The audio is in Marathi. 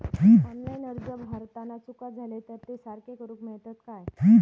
ऑनलाइन अर्ज भरताना चुका जाले तर ते सारके करुक मेळतत काय?